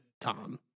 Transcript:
Tom